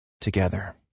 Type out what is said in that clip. together